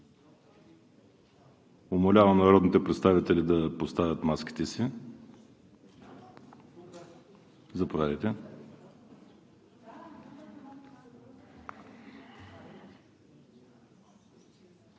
Умолявам народните представители да поставят маските си! Заповядайте.